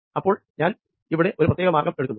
അപ്പോൾ ഞാനിവിടെ ഒരു പ്രത്യേക മാർഗ്ഗം എടുക്കുന്നു